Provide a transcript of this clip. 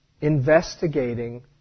investigating